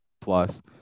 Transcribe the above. plus